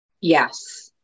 Yes